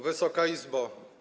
Wysoka Izbo!